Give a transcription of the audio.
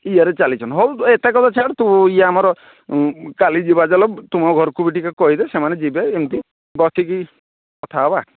ଇଏରେ ଚାଲିଛନ୍ତି ହେଉ ତ ଏତା କଥା ଛାଡ଼ ତୁ ୟେ ଆମର କାଲି ଯିବା ଚାଲ ତୁମ ଘରକୁ ବି ଟିକେ କହିଦେ ସେମାନେ ଯିବେ ଏମିତି ବସିକି କଥାହେବା